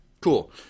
cool